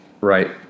Right